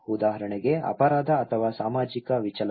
ಉದಾಹರಣೆಗೆ ಅಪರಾಧ ಅಥವಾ ಸಾಮಾಜಿಕ ವಿಚಲನ